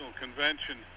convention